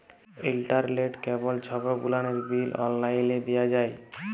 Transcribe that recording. ইলটারলেট, কেবল ছব গুলালের বিল অললাইলে দিঁয়া যায়